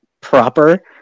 proper